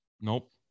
Nope